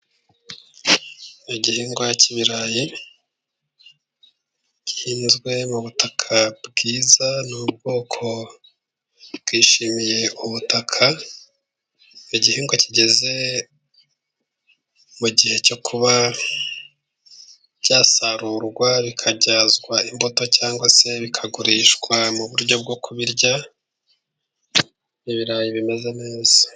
Igihingwa cy'ibirayi gihinzwe mu butaka bwiza, ni ubwoko bwishimiye ubutaka, igihingwa kigeze mu gihe cyo kuba cyasarurwa bikabyazwa imbuto cyangwa se bikagurishwa mu buryo bwo kubirya, ibirayi bimeze neza.